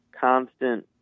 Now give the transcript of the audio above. constant